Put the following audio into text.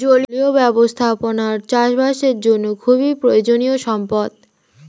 জলীয় ব্যবস্থাপনা চাষবাসের জন্য খুবই প্রয়োজনীয় সম্পদ